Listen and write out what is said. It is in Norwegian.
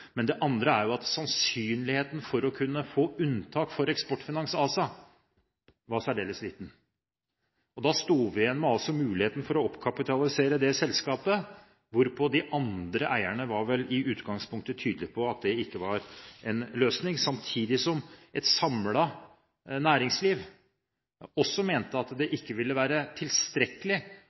Men det andre er at sannsynligheten for å kunne få unntak for Eksportfinans ASA var særdeles liten. Da sto vi altså igjen med muligheten for å oppkapitalisere selskapet, hvorpå de andre eierne vel i utgangspunktet var tydelige på at det ikke ville være en løsning, samtidig som et samlet næringsliv også mente at det ikke ville være tilstrekkelig